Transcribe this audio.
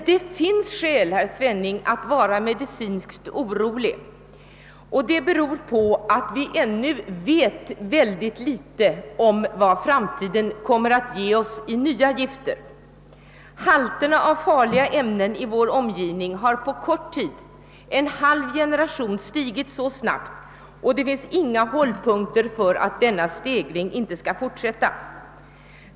Det finns skäl, herr Svenning, att vara orolig. Vi vet ännu mycket litet om vad framtiden kommer att ge oss i fråga om nya gifter. Halterna av farliga ämnen i vår omgivning har bara på en halv generation stigit mycket snabbt, och det finns ingenting som tyder på att denna stegring inte skall fortsätta.